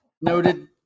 noted